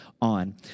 on